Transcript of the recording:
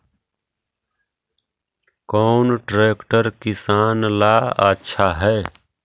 कौन ट्रैक्टर किसान ला आछा है?